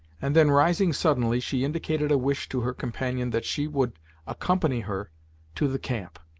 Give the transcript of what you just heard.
and then rising suddenly, she indicated a wish to her companion that she would accompany her to the camp,